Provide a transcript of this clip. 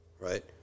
right